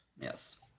Yes